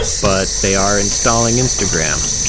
but they are installing instagram.